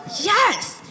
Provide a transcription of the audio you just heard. Yes